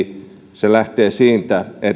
se lähtee siitä että